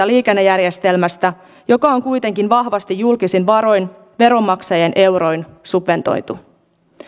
liikennejärjestelmästä joka on kuitenkin vahvasti julkisin varoin veronmaksajien euroin subventoitu